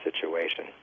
situation